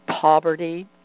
poverty